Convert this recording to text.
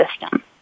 system